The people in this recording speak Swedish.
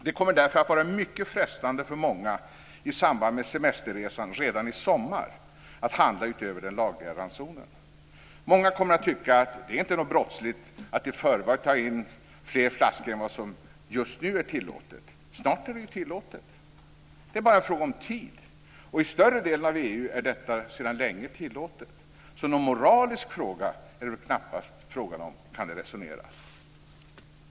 Det kommer därför att vara mycket frestande för många i samband med semesterresan redan i sommar att handla utöver den lagliga ransonen. Många kommer att tycka att det inte är något brottsligt att i förväg ta in fler flaskor än vad som just nu är tillåtet. Snart är det ju tillåtet! Det är bara en fråga om tid, och i större delen av EU är det sedan länge tillåtet. Så någon moralisk fråga är det väl knappast fråga om, kan man resonera.